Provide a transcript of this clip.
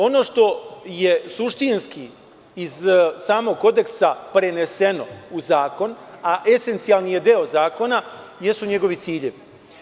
Ono što je suštinski iz samog kodeksa preneseno u zakon, a esencijalni je deo zakona jesu njegovi ciljevi.